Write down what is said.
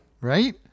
Right